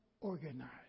organized